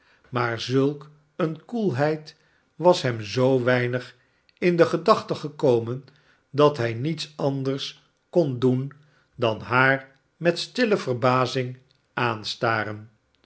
maar zulk eene koelheid was hem zoo weinig in de gedachten gekomen dat hij niets anders kon doen dan haar met stille verbazing